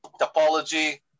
topology